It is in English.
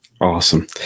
Awesome